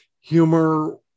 Humor